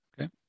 Okay